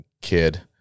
kid